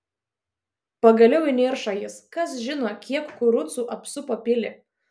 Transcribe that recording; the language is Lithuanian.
pagaliau įniršo jis kas žino kiek kurucų apsupo pilį